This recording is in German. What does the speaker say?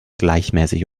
gleichmäßig